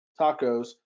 tacos